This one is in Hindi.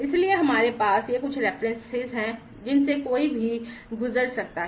इसलिए हमारे पास ये कुछ संदर्भ हैं जिनसे कोई भी गुजर सकता है